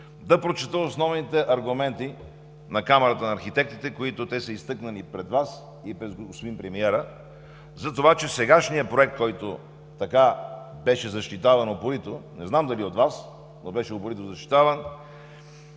да прочета основните аргументи на Камарата на архитектите, които те са изтъкнали пред Вас и пред господин премиера за това, че сегашният проект, който беше защитаван упорито – не знам дали от Вас, но беше упорито защитаван,